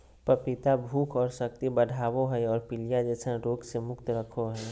पपीता भूख और शक्ति बढ़ाबो हइ और पीलिया जैसन रोग से मुक्त रखो हइ